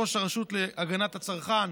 ראש הרשות להגנת הצרכן,